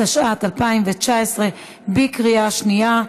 התשע"ט 2019, בקריאה שנייה.